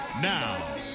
Now